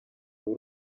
w’u